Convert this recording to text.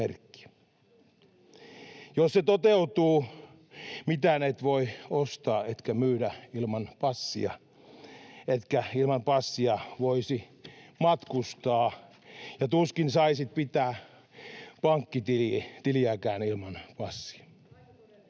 Jos se toteutuu, mitään et voi ostaa etkä myydä ilman passia etkä ilman passia voisi matkustaa, ja tuskin saisit pitää pankkitiliäkään ilman passia.